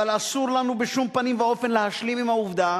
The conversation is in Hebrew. אבל אסור לנו בשום פנים ואופן להשלים עם העובדה